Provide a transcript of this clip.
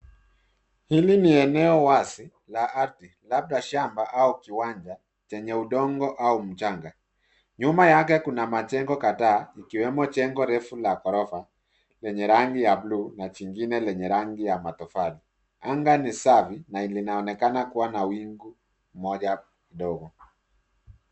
Hili ni eneo wazi la ardhi labda shamba au kiwanja chenye udongo au mchanga. Nyuma yake kuna majengo kadhaa ikiwemo jengo refu la ghorofa lenye rangi ya bluu na jingine lenye rangi ya matofali. Anga ni safi na inaonekana kuwa na wingu moja ndogo.